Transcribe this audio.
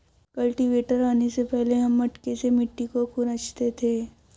cultivator आने से पहले हम मटके से मिट्टी को खुरंचते थे